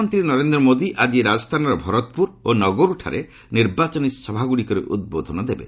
ପ୍ରଧାନମନ୍ତ୍ରୀ ନରେନ୍ଦ୍ର ମୋଦି ଆଜି ରାଜସ୍ଥାନର ଭରତପୁର ଓ ନାଗୌରଠାରେ ନିର୍ବାଚନୀ ସଭାଗୁଡ଼ିକରେ ଉଦ୍ବୋଧନ ଦେବେ